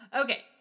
Okay